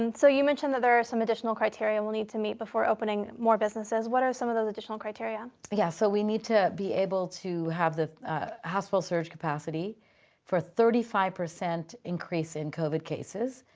and so you mentioned that there are some additional criteria we'll need to meet before opening more businesses. what are some of those additional criteria? yeah, so we need to be able to have the hospital surge capacity for thirty five percent increase in covid cases.